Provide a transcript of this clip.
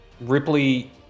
Ripley